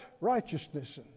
righteousness